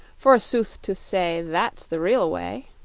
for sooth to say that's the real way.